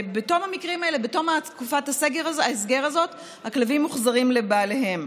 בתום תקופת ההסגר הזאת, הכלבים מוחזרים לבעליהם.